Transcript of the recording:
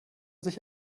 sich